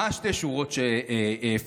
מה שתי השורות שפספס?